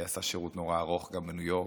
הוא עשה שירות מאוד ארוך גם בניו יורק,